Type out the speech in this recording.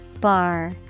Bar